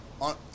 on